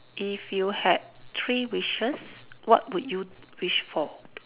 if you had three wishes what would you wish for